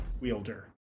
wielder